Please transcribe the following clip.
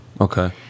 Okay